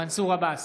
מנסור עבאס,